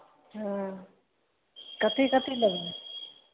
हॅं कथी कथी लेबै